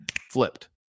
flipped